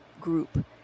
group